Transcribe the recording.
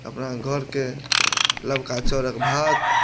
अपना घरके नवका चाउरक भात